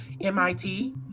MIT